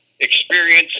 experience